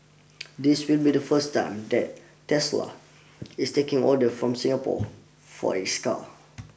this will be the first time that Tesla is taking orders from Singapore for its cars